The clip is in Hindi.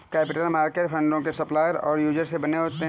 कैपिटल मार्केट फंडों के सप्लायर और यूजर से बने होते हैं